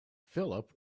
philip